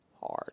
hard